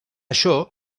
això